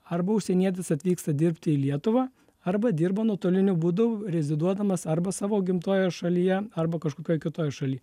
arba užsienietis atvyksta dirbti į lietuvą arba dirba nuotoliniu būdu reziduodamas arba savo gimtojoje šalyje arba kažkokioj kitoj šaly